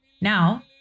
Now